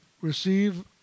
receive